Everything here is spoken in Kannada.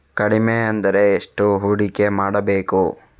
ಕಡಿಮೆ ಎಂದರೆ ಎಷ್ಟು ಹೂಡಿಕೆ ಮಾಡಬೇಕು?